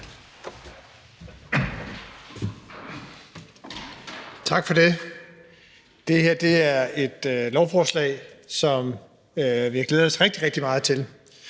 Tak for det. Det her er et lovforslag, som vi har glædet os rigtig, rigtig